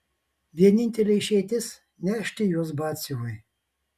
vienintelė išeitis nešti juos batsiuviui